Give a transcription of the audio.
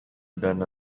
done